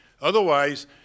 Otherwise